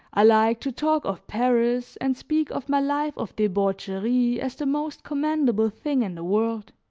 i liked to talk of paris and speak of my life of debauchery as the most commendable thing in the world.